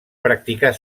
practicar